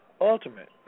ultimate